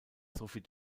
sophie